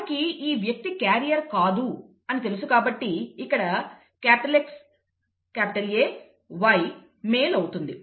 మనకు ఈ వ్యక్తి క్యారియర్ కాదు అని తెలుసు కాబట్టి ఇక్కడ XAY మేల్ అవుతుంది